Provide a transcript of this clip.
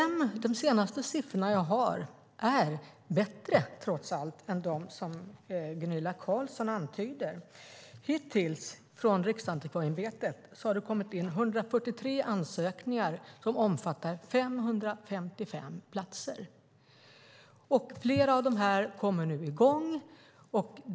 De senaste siffrorna jag har är bättre, trots allt, än de som Gunilla Carlsson antyder. Hittills från Riksantikvarieämbetet har det kommit in 143 ansökningar som omfattar 555 platser. Flera av dem kommer nu i gång.